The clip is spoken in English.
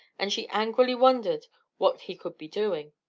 and she angrily wondered what he could be doing.